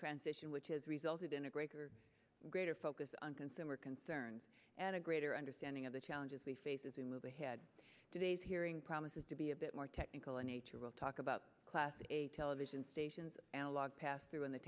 transition which has resulted in a greater and greater focus on consumer concern and a greater understanding of the challenges we face as a move ahead of today's hearing promises to be a bit more technical in nature we'll talk about class television stations analog pass through on the